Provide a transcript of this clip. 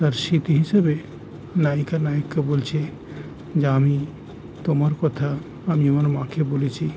তার স্মৃতি হিসাবে নায়িকা নায়িককে বলছে যা আমি তোমার কথা আমি আমার মাকে বলেছি